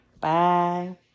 Bye